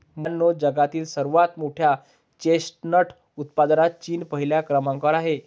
मुलांनो जगातील सर्वात मोठ्या चेस्टनट उत्पादनात चीन पहिल्या क्रमांकावर आहे